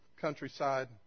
countryside